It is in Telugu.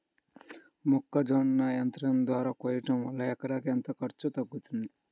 మొక్కజొన్న యంత్రం ద్వారా కోయటం వలన ఎకరాకు ఎంత ఖర్చు తగ్గుతుంది?